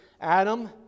Adam